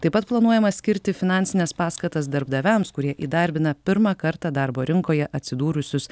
taip pat planuojama skirti finansines paskatas darbdaviams kurie įdarbina pirmą kartą darbo rinkoje atsidūrusius